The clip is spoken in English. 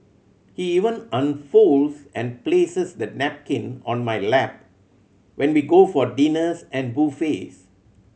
he even unfolds and places the napkin on my lap when we go for dinners and buffets